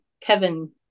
Kevin